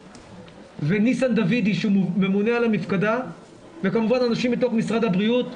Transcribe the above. וניסן דוידי שממונה על המפקדה וכמובן אנשים מתוך משרד הבריאות,